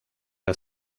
der